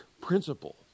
principle